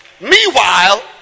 Meanwhile